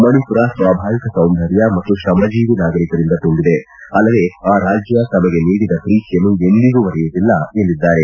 ಮಣಿಪುರ ಸ್ವಾಭಾವಿಕ ಸೌಂದರ್ಯ ಮತ್ತು ಶ್ರಮಜೀವಿ ನಾಗರಿಕರಿಂದ ತುಂಬಿದೆ ಅಲ್ಲದೇ ಆ ರಾಜ್ಯ ತಮಗೆ ನೀಡಿದ ಪ್ರೀತಿಯನ್ನು ಎಂದಿಗೂ ಮರೆಯುವುದಿಲ್ಲ ಎಂದಿದ್ದಾರೆ